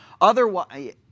Otherwise